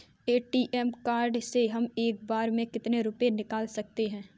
ATM card से हम एक बार में कितने रुपये निकाल सकते हैं?